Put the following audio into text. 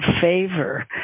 favor